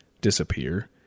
disappear